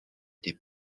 des